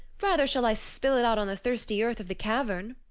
rather shall i spill it out on the thirsty earth of the cavern.